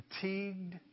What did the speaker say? fatigued